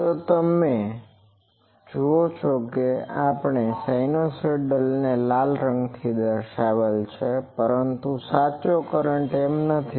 તો તમે જુઓ છો કે આપણે સિનુસાઇડલને લાલ રંગથી દર્શાવેલ છે પરંતુ સાચો કરંટ એમ નથી